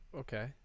Okay